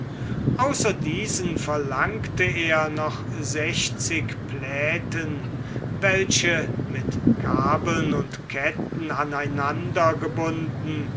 außer diesen verlangte er noch sechzig playten welche mit kabeln und ketten aneinander gebunden